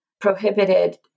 prohibited